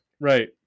Right